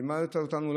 לימדת אותנו.